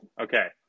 Okay